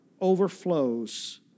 overflows